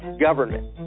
government